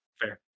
Fair